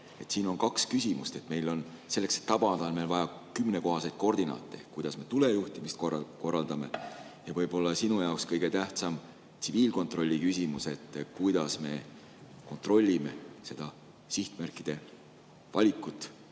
Siin on kaks küsimust. Selleks, et tabada, on meil vaja kümnekohaseid koordinaate ehk kuidas me tulejuhtimist korraldame. Ja võib-olla sinu jaoks kõige tähtsam tsiviilkontrolli küsimus on see, kuidas me kontrollime seda sihtmärkide valikut,